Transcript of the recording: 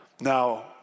Now